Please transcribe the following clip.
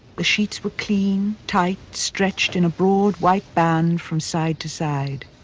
the sheets were clean, tight, stretched in a broad white band from side to side.